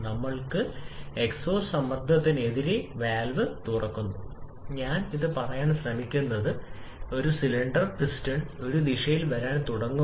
നമുക്ക് ഉണ്ട് സ്റ്റൈക്കിയോമെട്രിക് പരിഗണനയ്ക്ക് ആവശ്യമുള്ളതിനേക്കാൾ കൂടുതൽ വിതരണം ചെയ്ത വായു